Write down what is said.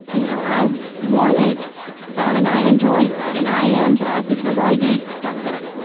you know. i wanted that and i enjoyed that and i am bad because i did start that.